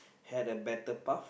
had a better path